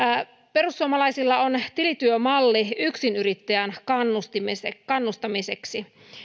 perussuomalaisilla on tilityömalli yksinyrittäjän kannustamiseksi